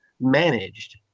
managed